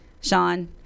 Sean